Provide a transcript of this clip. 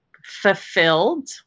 fulfilled